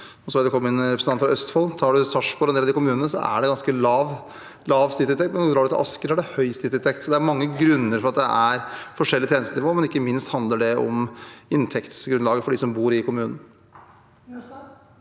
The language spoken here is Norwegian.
Nå så jeg det kom en representant fra Østfold. Tar man Sarpsborg og en del av de kommunene, er det ganske lav snittinntekt, men drar man til Asker, er det høy snittinntekt. Det er mange grunner til at det er forskjellig tjenestenivå, men ikke minst handler det om inntektsgrunnlaget for dem som bor i kommunen.